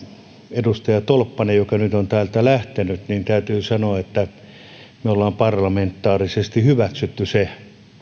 edustaja tolppaselle joka on nyt täältä lähtenyt täytyy sanoa että me olemme parlamentaarisesti hyväksyneet sen